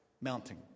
mounting